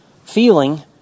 feeling